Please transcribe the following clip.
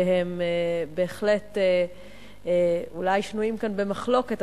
שהם בהחלט אולי שנויים כאן במחלוקת,